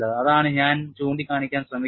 അതാണ് ഞാൻ ചൂണ്ടിക്കാണിക്കാൻ ശ്രമിക്കുന്നത്